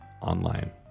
online